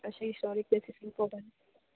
अशी historic places बी पळोवपा जाय